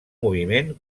moviment